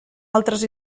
altres